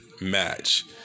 match